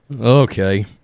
Okay